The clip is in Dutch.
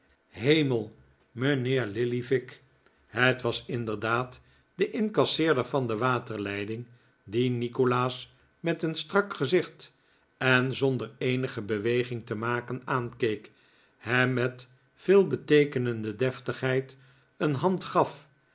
hemel mijnheer lillyvick het was inderdaad de incasseerder van de waterleiding die nikolaas met een strak gezicht en zonder eenige beweging te maken aankeek hem met veelbeteekenende deftigheid een hand gaf